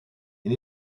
you